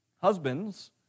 Husbands